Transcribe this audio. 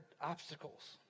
obstacles